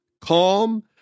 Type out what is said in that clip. calm